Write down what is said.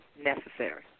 necessary